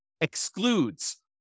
excludes